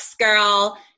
girl